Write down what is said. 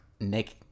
nick